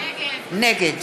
נגד